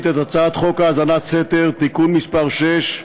את הצעת חוק האזנת סתר (תיקון מסי 6),